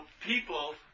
people